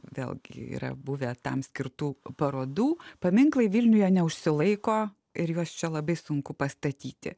vėlgi yra buvę tam skirtų parodų paminklai vilniuje neužsilaiko ir juos čia labai sunku pastatyti